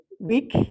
week